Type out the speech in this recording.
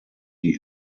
die